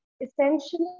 essentially